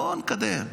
בואו נתקדם.